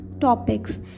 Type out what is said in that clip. topics